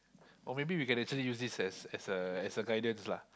or maybe we can actually use this as as a as a guidance lah